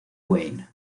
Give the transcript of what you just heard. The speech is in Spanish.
wayne